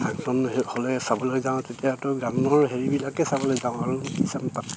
function হ'লে চাবলৈ যাওঁ তেতিয়াতো হেৰিবিলাকে চাবলৈ যাওঁ আৰু কি চাম তাত